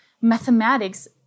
Mathematics